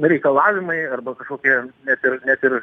reikalavimai arba kažkokie net ir net ir